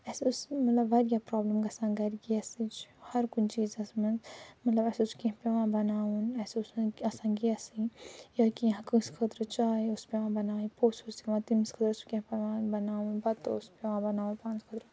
اَسہِ اوس مطلب وارِیاہ پرٛابلِم گژھان گَرِ گیسٕچ ہر کُنہِ چیٖزس منٛز مطلب اَسہِ اوس کیٚنٛہہ پٮ۪وان بناوُن اَسہِ اوس نہٕ آسان گیسٕے یا کیٚنٛہہ کٲنٛسہِ خٲطرٕ چاے ٲس پٮ۪وان بناے پوٚژھ اوس یِوان تَمہِ خٲطرٕ اوس سُہ کیٚنٛہہ پٮ۪وان بناوُن پتہٕ اوس پٮ۪وان بناوُن پانس خٲطرٕ